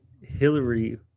Hillary